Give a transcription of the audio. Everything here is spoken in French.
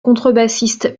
contrebassiste